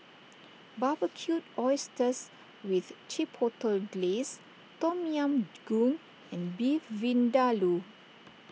Barbecued Oysters with Chipotle Glaze Tom Yam Goong and Beef Vindaloo